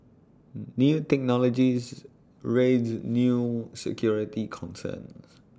new technologies raise new security concerns